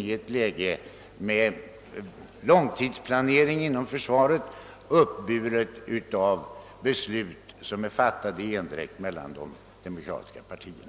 skapas långtidsbeslut om försvaret, som fattats i endräkt mellan de fyra stora partierna.